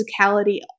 physicality